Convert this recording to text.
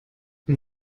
das